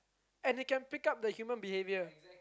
and they can pick up the human behavior